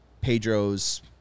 Pedro's